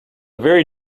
very